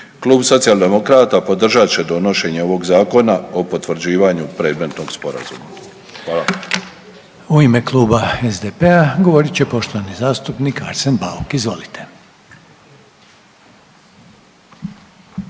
Klub socijaldemokrata podržat će donošenje ovog Zakona o potvrđivanju predmetnog Sporazuma. Hvala.